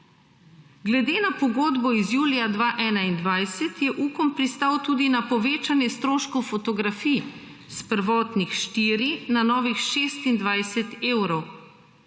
Glede na pogodbo iz julija 2021 je Ukom pristal tudi na povečanje stroškov fotografije s prvotnih 4 na novih 26 evrov.